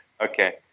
okay